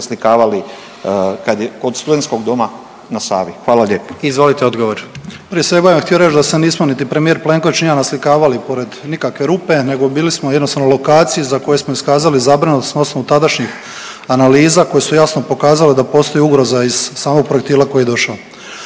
Izvolite odgovor. **Banožić, Mario (HDZ)** Prije svega, htio bih reći da se nismo niti premijer Plenković ni ja naslikavali pored nikakve rupe nego bili smo jednostavno lokaciji za koju smo iskazali zabrinutost na osnovu tadašnjih analiza koje su jasno pokazali da postoji ugroza iz samog projektila koji je došao.